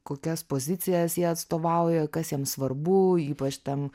kokias pozicijas jie atstovauja kas jiem svarbu ypač tam